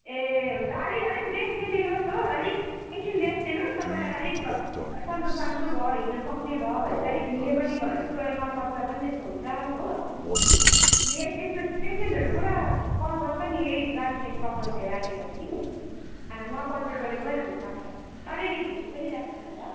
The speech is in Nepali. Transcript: ए हुन्छ अलिक अलिक रेस्ट चाहिँ लिनु होस् हो अलिक एकछिन रेस्ट लिनु होस् तपाईँलाई अलिक सञ्चो सञ्चो भयो हिँड्न सक्ने भयो भने चाहिँ अलिक हिँड्ने पनि गर्नु होस् कोही बेला नपच्दा पनि त्यस्तो हुन्छ हो यस्तो पेसेन्टहरू पुरा कल गर्छ नि यही ग्यासको प्रब्लम लिएर अहिले घडी कि खाना नपचेकोले पनि हुन सक्छ अलिक अलिक हिँडी पनि राख्नु पर्छ ल